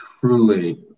truly